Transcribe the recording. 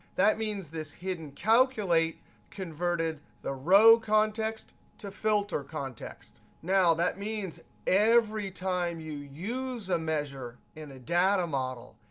that means this hidden calculate converted the row context to filter context. now, that means every time you use a measure in a data model,